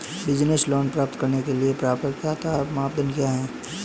Business loan प्राप्त करने के लिए पात्रता मानदंड क्या हैं?